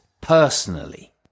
personally